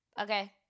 okay